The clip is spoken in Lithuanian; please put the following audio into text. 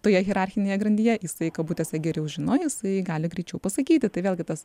toje hierarchinėje grandyje jisai kabutėse geriau žino jisai gali greičiau pasakyti tai vėlgi tas